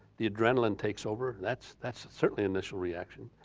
the adrenaline takes over, that's that's certainly initial reaction.